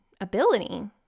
ability